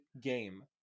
game